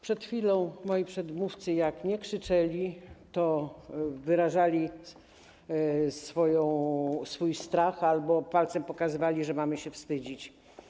Przed chwilą moi przedmówcy jeśli nie krzyczeli, to wyrażali swój strach albo palcem pokazywali, że mamy się wstydzić.